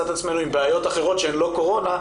את עצמנו עם בעיות אחרות שהן לא קורונה,